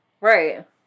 Right